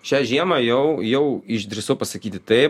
šią žiemą jau jau išdrįsau pasakyti taip